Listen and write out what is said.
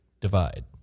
divide